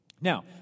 Now